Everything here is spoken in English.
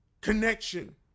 connection